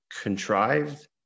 contrived